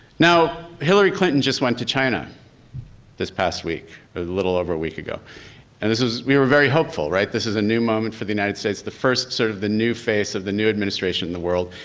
now, hillary clinton just went to china this past week or the little over a week ago and this was we were very hopeful, right? this is a new moment for the united states, the first sort of the new phase of that new administration in the world.